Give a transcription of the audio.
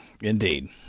indeed